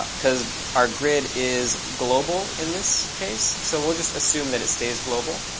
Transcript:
because our grid is global in this case. so we'll just assume that it stays global.